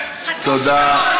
מי אתה בכלל?